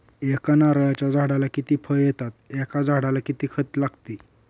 एका नारळाच्या झाडाला किती फळ येतात? एका झाडाला किती खत लागते?